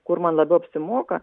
kur man labiau apsimoka